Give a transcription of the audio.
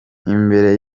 imbere